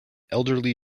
elderly